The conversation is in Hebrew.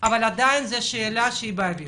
עדין זו שאלה שבאוויר.